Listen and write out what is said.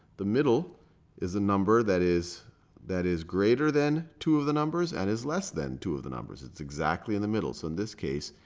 the middle is the number that is that is greater than two of the numbers and is less than two of the numbers. it's exactly in the middle. so in this case,